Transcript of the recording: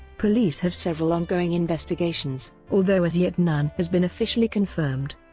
police have several ongoing investigations, although as yet none has been officially confirmed.